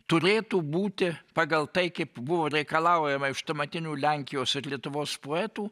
turėtų būti pagal tai kaip buvo reikalaujama iš tuometinių lenkijos ir lietuvos poetų